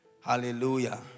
Hallelujah